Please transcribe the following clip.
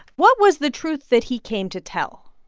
what was the truth that he came to tell?